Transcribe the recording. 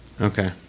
Okay